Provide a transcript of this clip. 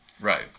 right